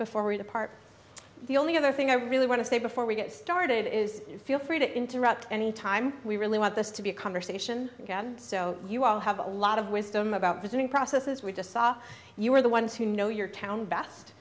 before we depart the only other thing i really want to say before we get started is feel free to interrupt any time we really want this to be a conversation so you all have a lot of wisdom about visiting process as we just saw you are the ones who know your town best